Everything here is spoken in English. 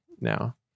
now